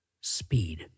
Speed